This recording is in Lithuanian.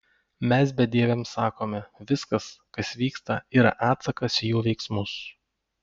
mes bedieviams sakome viskas kas vyksta yra atsakas į jų veiksmus